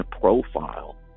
profile